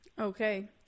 Okay